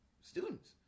students